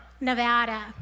Nevada